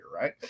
right